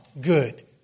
good